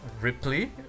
Ripley